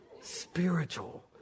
Spiritual